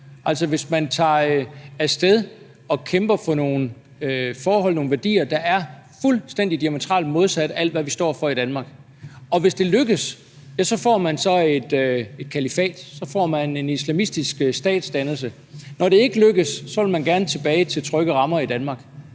altså hvis man tager af sted og kæmper for nogle forhold og nogle værdier, der er det fuldstændig diametralt modsatte af alt, hvad vi står for i Danmark? Hvis det lykkes, får man et kalifat, så får man en islamistisk statsdannelse, og når det ikke lykkes, vil man gerne tilbage til trygge rammer i Danmark.